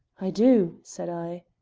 i do, said i.